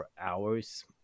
hours